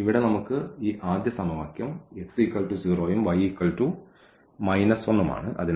ഇവിടെ നമുക്ക് ഈ ആദ്യ സമവാക്യം x 0 ഉം y 1 ഉം ആണ്